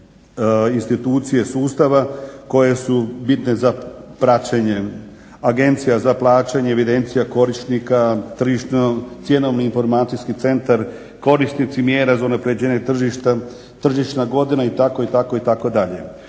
institucije sustava koje su bitne za praćenje agencija za plaćanje, evidencija korisnika tržišta, cjenovni informacijskih centar, korisnici mjera za unaprjeđenje tržišta, tržišna godina itd.